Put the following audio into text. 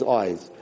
eyes